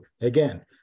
Again